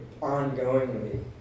ongoingly